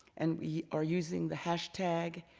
and we are using the hashtag